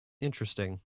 Interesting